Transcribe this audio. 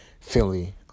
Philly